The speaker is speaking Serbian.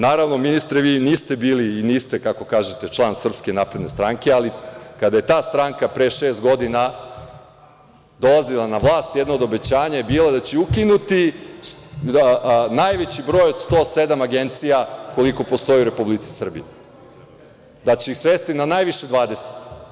Naravno, ministre, vi niste bili i niste, kako kažete, član Srpske napredne stranke, ali kada je ta stranka pre šest godina dolazila na vlast, jedno od obećanja je bilo da će ukinuti najveći broj od 107 agencija koliko postoji u Republici Srbiji, da će ih svesti na najviše 20.